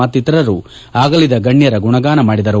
ಮತ್ತಿತರರು ಆಗಲಿದ ಗಣ್ಣರ ಗುಣಗಾನ ಮಾಡಿದರು